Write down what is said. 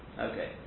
Okay